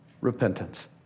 repentance